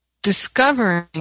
Discovering